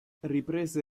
riprese